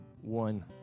One